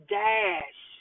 dash